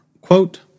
Quote